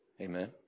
Amen